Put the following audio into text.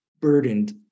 burdened